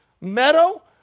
meadow